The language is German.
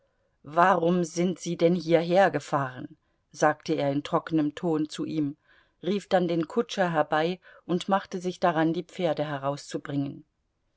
warum sind sie denn hierhergefahren sagte er in trockenem ton zu ihm rief dann den kutscher herbei und machte sich daran die pferde herauszubringen